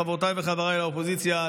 חברותיי וחבריי לאופוזיציה,